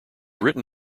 written